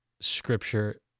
scripture